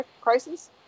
Crisis